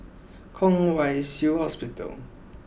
Kwong Wai Shiu Hospital